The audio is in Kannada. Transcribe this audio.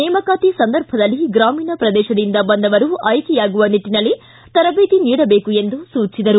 ನೇಮಕಾತಿ ಸಂದರ್ಭದಲ್ಲಿ ಗ್ರಾಮೀಣ ಪ್ರದೇಶದಿಂದ ಬಂದವರು ಆಯ್ಕೆಯಾಗುವ ನಿಟ್ಟನಲ್ಲಿ ತರಬೇತಿ ನೀಡಬೇಕು ಎಂದು ಸೂಚಿಸಿದರು